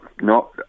no